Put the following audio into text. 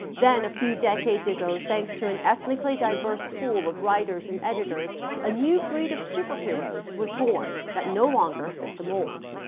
then a few decades ago thanks to an ethnically diverse pool of writers and editors a new breed of superheroes was born that no longer fit the mold.